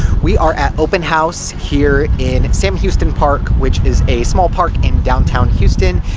we are at open house here in sam houston park, which is a small park in downtown houston.